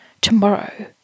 Tomorrow